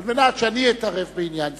שאני אתערב בעניין זה,